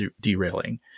derailing